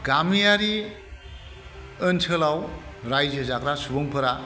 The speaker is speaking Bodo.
गामियारि ओनोलाव रायजो जाग्रा सुबुंफोरा